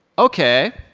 ok.